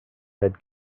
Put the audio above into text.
head